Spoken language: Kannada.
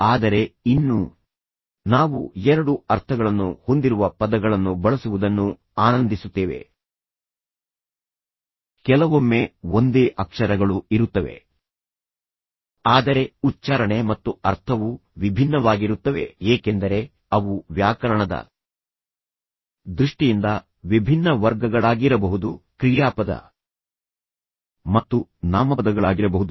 ಆದರೆ ಇನ್ನೂ ನಾವು ಎರಡು ಅರ್ಥಗಳನ್ನು ಹೊಂದಿರುವ ಪದಗಳನ್ನು ಬಳಸುವುದನ್ನು ಆನಂದಿಸುತ್ತೇವೆ ಕೆಲವೊಮ್ಮೆ ಒಂದೇ ಅಕ್ಷರಗಳು ಇರುತ್ತವೆ ಆದರೆ ಉಚ್ಚಾರಣೆ ಮತ್ತು ಅರ್ಥವು ವಿಭಿನ್ನವಾಗಿರುತ್ತವೆ ಏಕೆಂದರೆ ಅವು ವ್ಯಾಕರಣದ ದೃಷ್ಟಿಯಿಂದ ವಿಭಿನ್ನ ವರ್ಗಗಳಾಗಿರಬಹುದು ಕ್ರಿಯಾಪದ ಮತ್ತು ನಾಮಪದಗಳಾಗಿರಬಹುದು